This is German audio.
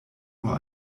nur